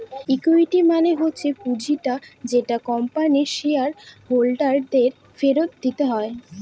equity মানে হচ্ছে পুঁজিটা যেটা কোম্পানির শেয়ার হোল্ডার দের ফেরত দিতে হয়